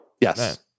Yes